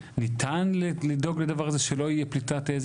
ניתן לדאוג לדבר הזה שלא יהיה פליטה?